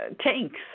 tanks